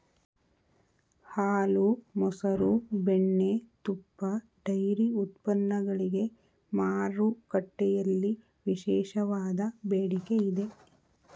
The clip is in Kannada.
ಹಾಲು, ಮಸರು, ಬೆಣ್ಣೆ, ತುಪ್ಪ, ಡೈರಿ ಉತ್ಪನ್ನಗಳಿಗೆ ಮಾರುಕಟ್ಟೆಯಲ್ಲಿ ವಿಶೇಷವಾದ ಬೇಡಿಕೆ ಇದೆ